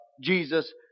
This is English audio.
Jesus